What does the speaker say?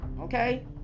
Okay